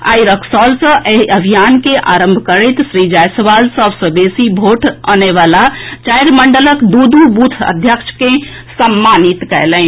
आइ रक्सौल सँ एहि अभियान के आरंभ करैत श्री जायसवाल सभ सँ बेसी भोट अनएबला चारि मंडलक दू दू बूथ अध्यक्ष के सम्मानित कएलनि